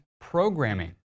programming